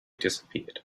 disappeared